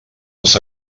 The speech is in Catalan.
les